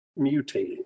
mutating